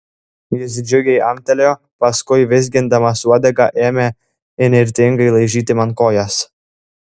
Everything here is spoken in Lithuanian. jis džiugiai amtelėjo paskui vizgindamas uodegą ėmė įnirtingai laižyti man kojas